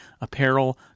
apparel